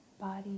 body